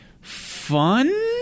fun